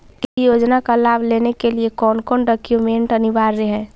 किसी भी योजना का लाभ लेने के लिए कोन कोन डॉक्यूमेंट अनिवार्य है?